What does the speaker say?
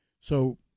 So-